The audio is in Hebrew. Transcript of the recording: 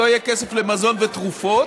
שלא יהיה כסף למזון ותרופות,